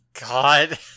God